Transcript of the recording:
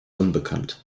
unbekannt